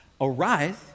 Arise